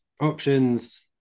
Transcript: Options